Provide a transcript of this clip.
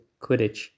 Quidditch